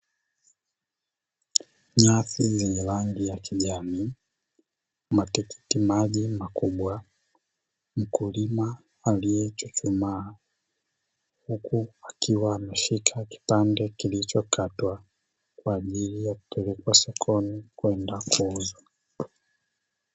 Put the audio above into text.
Nyasi zenye rangi ya kijani, matikitimaji makubwa, mkulima aliechuchumaa huku akiwa ameshika kipande kilichokatwa kwa ajili ya kupelekwa sokoni kwenda kuuzwa.